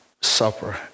supper